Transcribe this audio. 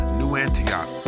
newantioch